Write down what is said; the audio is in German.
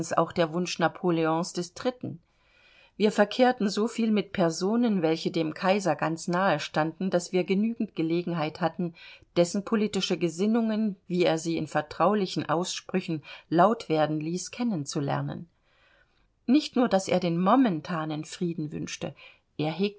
auch der wunsch napoleons iii wir verkehrten so viel mit personen welche dem kaiser ganz nahe standen daß wir genügend gelegentheit hatten dessen politische gesinnungen wie er sie in vertraulichen aussprüchen laut werden ließ kennen zu lernen nicht nur daß er den momentanen frieden wünschte er hegte